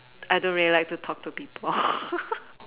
I don't really like to talk to people